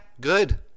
good